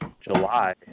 July